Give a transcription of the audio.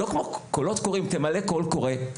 זה לא כמו כשהיינו צריכים למלא קולות קוראים,